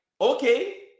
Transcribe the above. okay